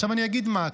עכשיו אני אגיד מה.